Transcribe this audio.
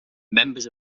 members